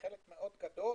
גדול